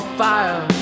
fire